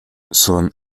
son